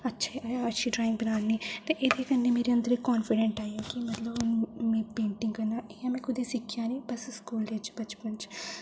अच्छी ड्राइंग बनानी ते एह्दे कन्नै मेरे अंदर कॉन्फिडेंस आइया कि मतलब में पेंटिंग करना इ'यां में कुतै सिक्खेआ निं बस स्कूलै च बचपन च